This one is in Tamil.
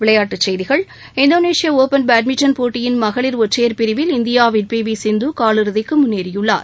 விளையாட்டுச் செய்திகள் இந்தோனேஷியா ஒபன் பேட்மிண்டன் போட்டியின் மகளிர் ஒற்றையர் பிரிவில் இந்தியாவின் பி வி சிந்து காலிறுதிக்கு முன்னேறியுள்ளார்